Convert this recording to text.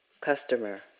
Customer